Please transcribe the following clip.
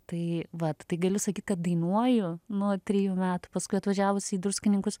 tai vat tai gali sakyt kad dainuoju nuo trijų metų paskui atvažiavusi į druskininkus